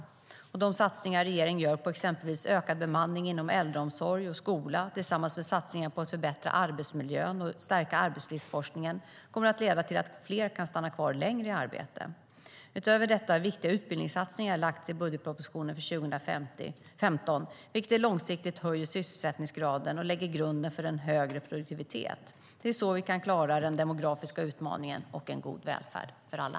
De satsningar regeringen gör på exempelvis ökad bemanning inom äldreomsorg och skola, tillsammans med satsningar på att förbättra arbetsmiljön och att stärka arbetslivsforskningen, kommer att leda till att fler kan stanna kvar längre i arbete. Utöver detta har viktiga utbildningssatsningar föreslagits i budgetpropositionen för 2015, vilket långsiktigt höjer sysselsättningsgraden och lägger grunden för en högre produktivitet. Det är så vi ska klara den demografiska utmaningen och en god välfärd till alla.